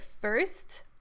first